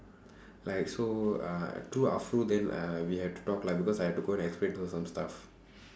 like so uh through then uh we had to talk lah because I had to go and explain to her some stuff